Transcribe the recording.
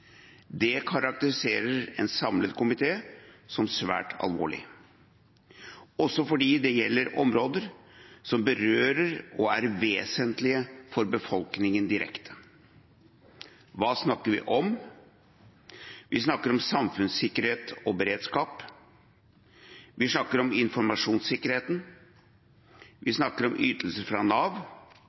Det karakteriserer en samlet komité som svært alvorlig, også fordi det gjelder områder som berører, og er vesentlige for, befolkningen direkte. Hva snakker vi om? Vi snakker om samfunnssikkerhet og beredskap. Vi snakker om informasjonssikkerheten. Vi snakker om ytelser fra Nav,